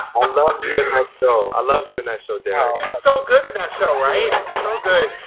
um loved you in that show, i loved you in that show derrick. he was so good in that show, right, so good.